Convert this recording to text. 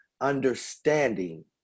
understanding